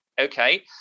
Okay